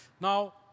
Now